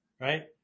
right